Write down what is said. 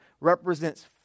represents